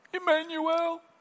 Emmanuel